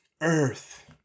Earth